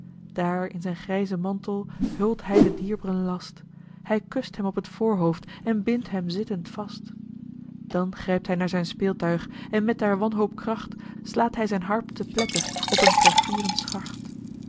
daar in zijn grijzen mantel hult hij den dierb'ren last hij kust hem op het voorhoofd en bindt hem zittend vast eli heimans willem roda dan grijpt hij naar zijn speeltuig en met der wanhoop kracht slaat hij zijn harp te pletter op een